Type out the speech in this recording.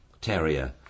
terrier